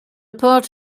part